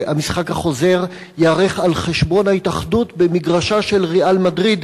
שהמשחק החוזר ייערך על חשבון ההתאחדות במגרשה של "ריאל מדריד",